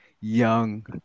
Young